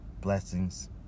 Blessings